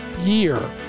year